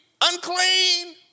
unclean